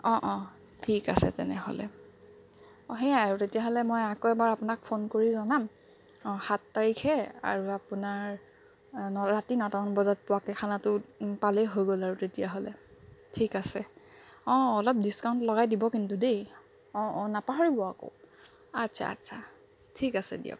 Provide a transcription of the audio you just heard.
অঁ অঁ ঠিক আছে তেনেহ'লে অঁ সেয়াই আৰু তেতিয়াহ'লে মই আকৌ এবাৰ আপোনাক ফোন কৰি জনাম অঁ সাত তাৰিখে আৰু আপোনাৰ ৰাতি নটামান বজাত পোৱাকৈ খানাটো পালেই হৈ গ'ল আৰু তেতিয়াহ'লে ঠিক আছে অঁ অলপ ডিস্কাউণ্ট লগাই দিব কিন্তু দেই অঁ অঁ নাপাহৰিব আকৌ আচ্ছা আচ্ছা ঠিক আছে দিয়ক